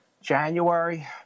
January